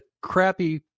crappy